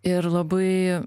ir labai